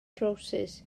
trowsus